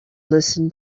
listen